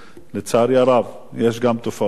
לצערי הרב יש גם תופעות כאלה.